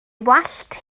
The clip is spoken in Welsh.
wallt